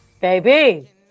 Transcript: baby